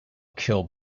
kill